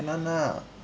can [one] ah